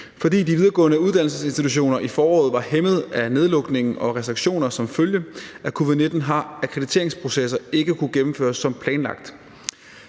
Fordi de videregående uddannelsesinstitutioner i foråret var hæmmet af nedlukning og restriktioner som følge af covid-19, har akkrediteringsprocesser ikke kunnet gennemføres som planlagt.